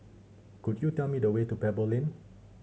could you tell me the way to Pebble Lane